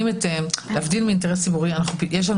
להבדיל מאינטרס ציבורי יש לנו